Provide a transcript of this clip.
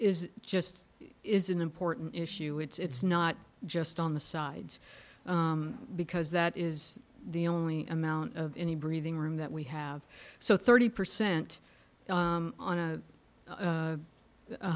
is just is an important issue it's not just on the sides because that is the only amount of any breathing room that we have so thirty percent on a